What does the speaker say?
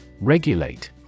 Regulate